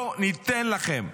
לא ניתן לכם.